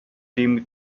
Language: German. dem